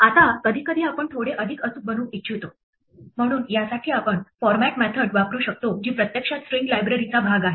आता कधीकधी आपण थोडे अधिक अचूक बनू इच्छिता म्हणून यासाठी आपण फॉर्मेट मेथड वापरू शकतो जी प्रत्यक्षात स्ट्रिंग लायब्ररीचा भाग आहे